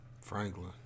Franklin